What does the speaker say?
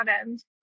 end